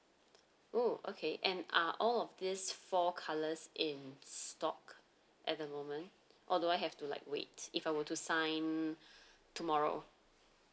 oh okay and are all of these four colours in stock at the moment or do I have to like wait if I were to sign tomorrow